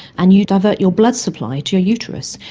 and you divert your blood supply to your uterus.